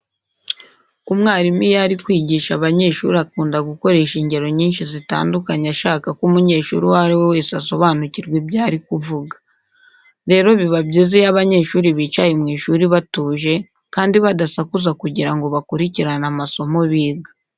Umwarimu iyo ari kwigisha abanyeshuri akunda gukoresha ingero nyinshi zitandukanye ashaka ko umunyeshuri uwo ari we wese asobanukirwa ibyo ari kuvuga. Rero biba byiza iyo abanyeshuri bicaye mu ishuri batuje kandi badasakuza kugira ngo bakurikirane amasomo biga.